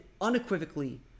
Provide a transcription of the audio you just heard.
unequivocally